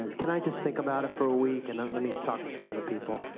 and can i just think about it for a week, and let me talk to some other people?